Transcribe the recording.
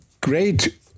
great